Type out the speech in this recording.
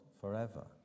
forever